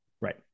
right